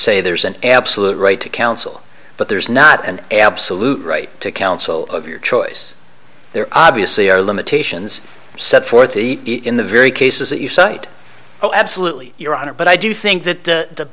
say there's an absolute right to counsel but there's not an absolute right to counsel of your choice there obviously are limitations set forth in the very cases that you cite oh absolutely your honor but i do think that the th